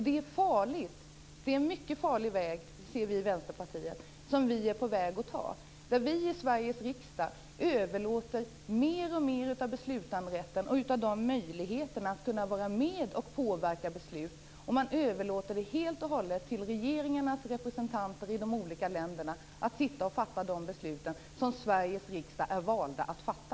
Det är en mycket farlig väg, säger vi i Vänsterpartiet, som vi på väg att ta och där vi i Sveriges riksdag överlåter mer och mer av beslutanderätten och möjligheterna att vara med och påverka besluten till regeringarnas representanter i de olika länderna. De får fatta de beslut som Sveriges riksdag är vald att fatta.